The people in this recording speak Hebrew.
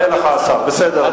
אני